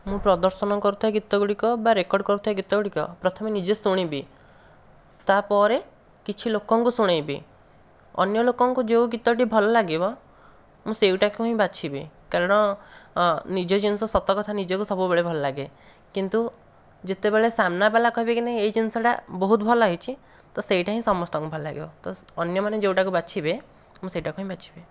ମୁଁ ପ୍ରଦର୍ଶନ କରୁଥବା ଗୀତଗୁଡ଼ିକ ବା ରେକର୍ଡ଼ କରୁଥିବା ଗୀତଗୁଡ଼ିକ ପ୍ରଥମେ ନିଜେ ଶୁଣିବି ତାପରେ କିଛି ଲୋକଙ୍କୁ ଶୁଣେଇବି ଅନ୍ୟ ଲୋକଙ୍କୁ ଯେଉଁ ଗୀତଟି ଭଲ ଲାଗିବ ମୁଁ ସେଇଟାକୁ ହିଁ ବାଛିବି କାରଣ ନିଜ ଜିନିଷ ସତ କଥା ନିଜକୁ ସବୁବେଳେ ଭଲ ଲାଗେ କିନ୍ତୁ ଯେତେବେଳେ ସାମ୍ନାବାଲା କହିବେ କି ନାଇଁ ଏଇ ଜିନିଷଟା ବହୁତ ଭଲ ହୋଇଛି ତ ସେଇଟା ହିଁ ସମସ୍ତଙ୍କୁ ଭଲ ଲାଗିବ ତ ଅନ୍ୟମାନେ ଯେଉଁଟାକୁ ବାଛିବେ ମୁଁ ସେଇଟାକୁ ହିଁ ବାଛିବି